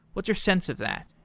what's your sense of that?